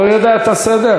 הוא לא יודע את הסדר?